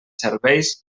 serveis